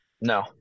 No